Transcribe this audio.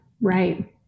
right